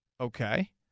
Okay